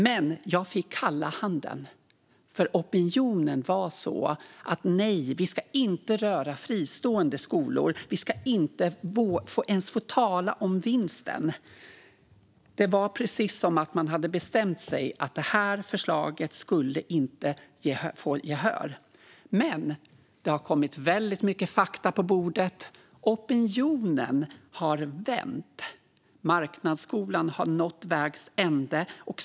Men jag fick kalla handen. Opinionen var sådan: Nej, vi ska inte röra fristående skolor! Vi ska inte ens få tala om vinsten. Det var precis som att man hade bestämt sig: Det här förslaget skulle inte få gehör. Det har dock kommit väldigt mycket fakta på bordet. Opinionen har vänt. Marknadsskolan har nått vägs ände.